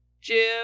Jim